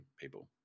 people